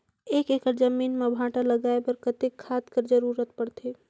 एक एकड़ जमीन म भांटा लगाय बर कतेक खाद कर जरूरत पड़थे?